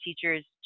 teachers